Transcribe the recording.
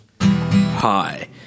Hi